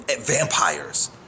vampires